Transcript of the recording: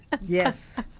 Yes